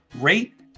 rate